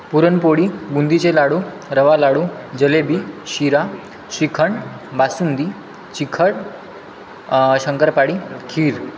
पुरणपोळी बुंदीचे लाडू रवा लाडू जिलेबी शिरा श्रीखंड बासुंदी चिखड शंकरपाळी खीर